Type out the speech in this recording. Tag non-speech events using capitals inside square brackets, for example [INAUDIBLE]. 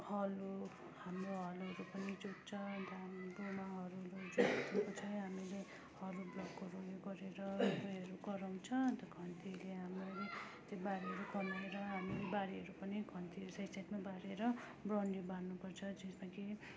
हलो हाम्रो हलोहरू पनि जोत्छ अन्त हामीले [UNINTELLIGIBLE] हामीले हलो ब्लकहरू यो गरेर [UNINTELLIGIBLE] गराउँछ अन्त खन्तीले हामीहरू त्यो बारीहरू खनेर हामी बारीहरू पनि खन्तीले साइड साइडमा बारेर बाउन्ड्री बान्नुपर्छ जसमा कि